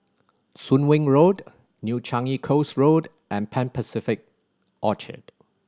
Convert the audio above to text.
Soon Wing Road New Changi Coast Road and Pan Pacific Orchard